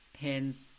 pins